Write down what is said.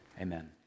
amen